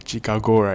chicago right